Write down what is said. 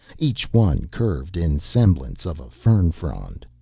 each one curved in semblance of a fern frond.